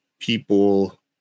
people